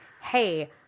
hey